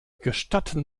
gestatten